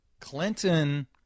Clinton